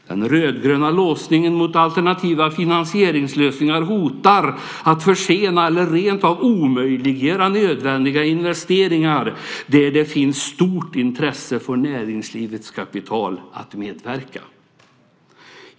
Den rödgröna låsningen mot alternativa finansieringslösningar hotar att försena eller rentav omöjliggöra nödvändiga investeringar där det finns stort intresse från näringslivets kapital att medverka.